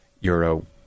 euro